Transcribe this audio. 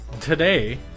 Today